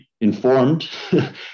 informed